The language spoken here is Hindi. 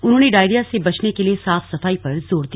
उन्होंने डायरिया से बचने के लिए साफ सफाई पर जोर दिया